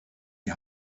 die